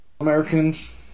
Americans